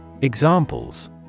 Examples